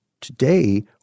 today